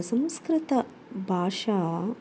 संस्कृतभाषा